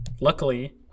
luckily